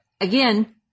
again